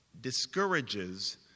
discourages